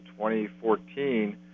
2014